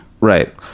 Right